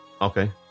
Okay